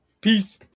Peace